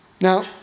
Now